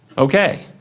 okay,